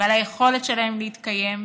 ועל היכולת שלהם להתקיים,